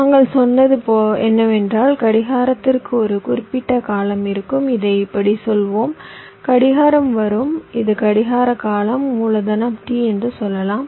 நாங்கள் சொன்னது என்னவென்றால் கடிகாரத்திற்கு ஒரு குறிப்பிட்ட காலம் இருக்கும் இதை இப்படிச் சொல்வோம் கடிகாரம் வரும் இது கடிகார காலம் மூலதனம் T என்று சொல்லலாம்